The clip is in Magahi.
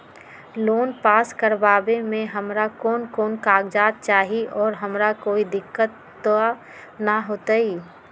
लोन पास करवावे में हमरा कौन कौन कागजात चाही और हमरा कोई दिक्कत त ना होतई?